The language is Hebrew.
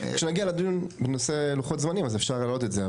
כשנגיע לדיון בנושא לוחות זמנים אפשר להעלות את זה.